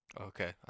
Okay